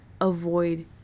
avoid